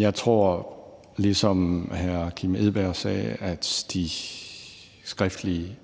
Jeg tror, ligesom hr. Kim Edberg Andersen sagde, at de store skriftlige